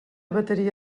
bateria